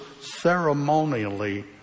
ceremonially